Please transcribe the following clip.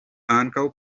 ankaŭ